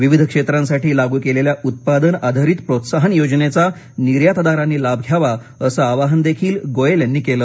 विविध क्षेत्रांसाठी लागू केलेल्या उत्पादन आधारित प्रोत्साहन योजनेचा निर्यात दारांनी लाभ घ्यावा असं आवाहनही गोयल यांनी केलं